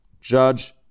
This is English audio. judge